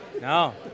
No